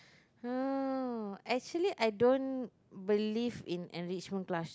oh actually I don't believe in enrichment class